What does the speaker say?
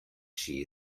she